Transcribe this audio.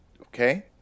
Okay